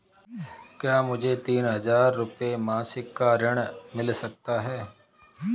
क्या मुझे तीन हज़ार रूपये मासिक का ऋण मिल सकता है?